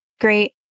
great